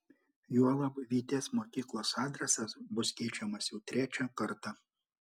juolab vitės mokyklos adresas bus keičiamas jau trečią kartą